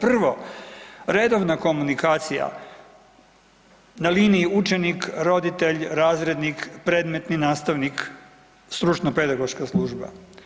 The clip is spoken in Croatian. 1. redovna komunikacija na liniji učenik-roditelj-razrednik-predmetni nastavnik-stručno pedagoška služba.